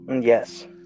Yes